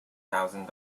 thousand